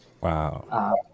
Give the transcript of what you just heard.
Wow